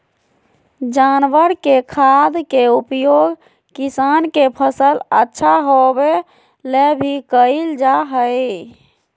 जानवर के खाद के उपयोग किसान के फसल अच्छा होबै ले भी कइल जा हइ